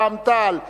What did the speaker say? רע"ם-תע"ל וחד"ש,